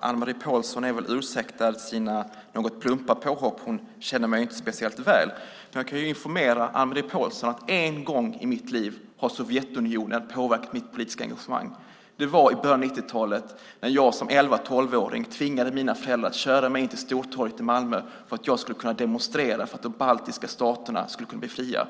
Anne-Marie Pålsson är väl ursäktad sina något plumpa påhopp, för hon känner mig inte speciellt väl. Jag kan informera Anne-Marie Pålsson om att en enda gång i mitt liv har Sovjetunionen påverkat mitt politiska engagemang. Det var i början av 1990-talet då jag som elva-tolvåring tvingade mina föräldrar att köra mig in till Stortorget i Malmö därför att jag där skulle demonstrera för att de baltiska staterna skulle bli fria.